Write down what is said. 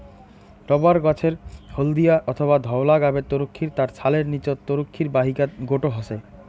rubber গছের হলদিয়া অথবা ধওলা গাবের তরুক্ষীর তার ছালের নীচত তরুক্ষীর বাহিকাত গোটো হসে